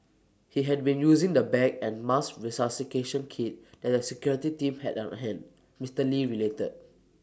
he had been using the bag and mask resuscitation kit that the security team had on hand Mister lee related